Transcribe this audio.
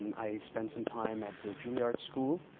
i spent some time at the juilliard school.